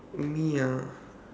me ah